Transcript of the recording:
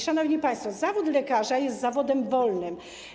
Szanowni państwo, zawód lekarza jest zawodem wolnym.